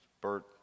Bert